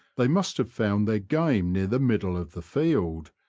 they must have found their game near the middle of the field,